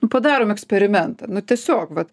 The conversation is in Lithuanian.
nu padarom eksperimentą nu tiesiog vat